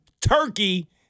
turkey